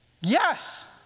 Yes